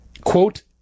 quote